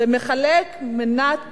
ומחלק את